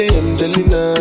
angelina